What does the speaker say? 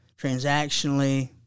transactionally